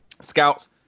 scouts